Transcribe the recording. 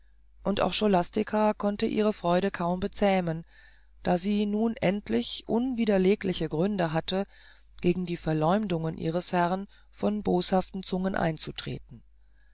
und auch scholastica konnte ihre freude kaum bezähmen da sie nun endlich unwiderlegliche gründe hatte gegen die verleumdungen ihres herrn von boshaften zungen einzutreten